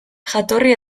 jatorri